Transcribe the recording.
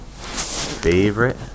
favorite